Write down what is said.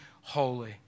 holy